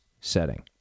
setting